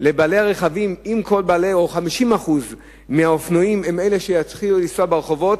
לבעלי הרכבים אם 50% מהאופנועים יתחילו לנסוע ברחובות,